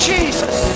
Jesus